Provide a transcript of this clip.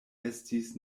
estis